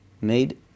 made